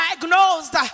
diagnosed